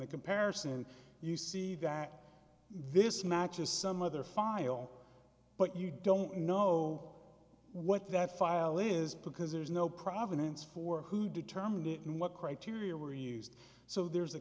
the comparison and you see that this matches some other file but you don't know what that file is because there's no provenance for who determined it and what criteria were used so there's a